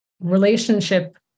relationship